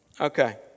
Okay